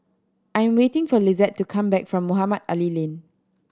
I am waiting for Lizette to come back from Mohamed Ali Lane